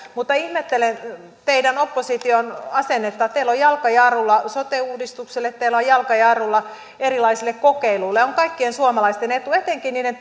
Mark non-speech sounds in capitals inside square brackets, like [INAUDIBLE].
mutta ihmettelen teidän opposition asennetta teillä on jalka jarrulla sote uudistukselle teillä on jalka jarrulla erilaisille kokeiluille on kaikkien suomalaisten etu etenkin niiden [UNINTELLIGIBLE]